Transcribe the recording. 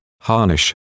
Harnish